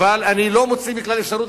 אבל אני לא מוציא מכלל אפשרות,